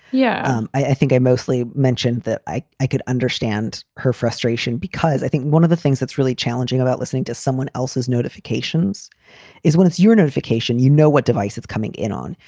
yeah, i think i mostly mentioned that i, i could understand her frustration because i think one of the things that's really challenging about listening to someone else's notifications is when it's your notification, you know, what device is coming in on.